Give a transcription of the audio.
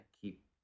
keep